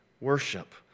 worship